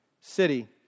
city